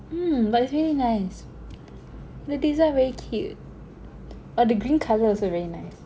um but it's really nice the design very cute oh the green colour also very nice